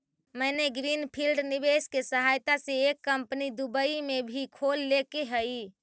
मैंने greenfield निवेश के सहायता से एक कंपनी दुबई में भी खोल लेके हइ